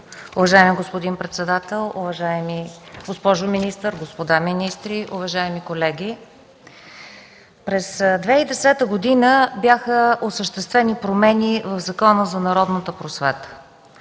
Уважаеми господин председател, уважаема госпожо министър, господа министри, уважаеми колеги! През 2010 г. бяха осъществени промени в Закона за народната просвета.